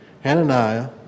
Hananiah